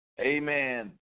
Amen